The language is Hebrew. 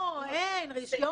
אין.